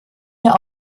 mir